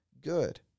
good